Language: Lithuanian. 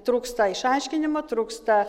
trūksta išaiškinimo trūksta